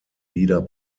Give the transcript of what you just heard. lieder